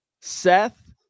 Seth